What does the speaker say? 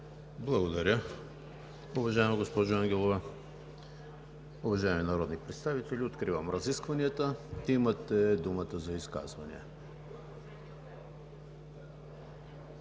Благодаря, уважаема госпожо Ангелова. Уважаеми народни представители, откривам разискванията, имате думата за изказвания.